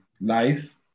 life